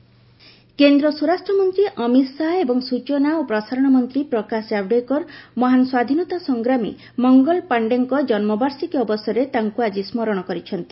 ମଙ୍ଗଲ ପାଣ୍ଡେ କେନ୍ଦ୍ର ସ୍ୱରାଷ୍ଟ୍ରମନ୍ତ୍ରୀ ଅମିତ ଶାହା ଏବଂ ସୂଚନା ଓ ପ୍ରସାରଣ ମନ୍ତ୍ରୀ ପ୍ରକାଶ ଜାବଡେକର ମହାନ ସ୍ୱାଧୀନତା ସଂଗ୍ରାମୀ ମଙ୍ଗଲ ପାଶ୍ଡେଙ୍କ ଜନ୍ମବାର୍ଷିକୀ ଅବସରରେ ତାଙ୍କୁ ଆଜି ସ୍ମରଣ କରିଛନ୍ତି